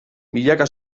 milaka